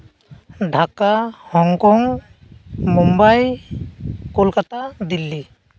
Dhaka Hong Kong Mumbai Kolkata Delhi